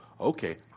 okay